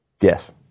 Yes